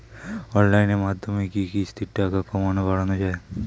অনলাইনের মাধ্যমে কি কিস্তির টাকা কমানো বাড়ানো যায়?